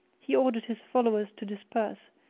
he ordered his followers to disperse,